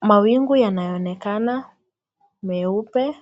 mawingu yanaonekana meupe.